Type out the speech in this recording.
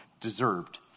deserved